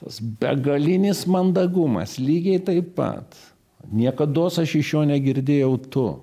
tas begalinis mandagumas lygiai taip pat niekados aš iš jo negirdėjau tu